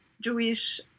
Jewish